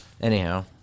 Anyhow